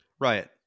Right